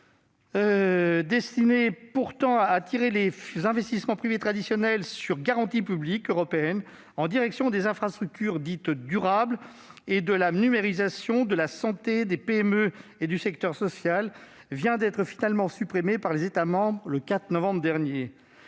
destiné à attirer les investissements privés traditionnels sur garantie publique européenne en direction des infrastructures dites durables et de la numérisation, de la santé, des PME et du secteur social, a été finalement supprimée par les États membres le 4 novembre dernier.